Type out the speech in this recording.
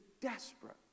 desperate